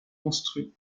construit